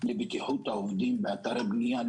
לבטיחות העובדים באתרי בניה,